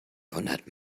wundert